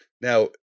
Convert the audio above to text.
Now